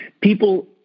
people